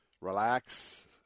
relax